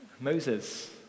Moses